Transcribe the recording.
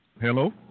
Hello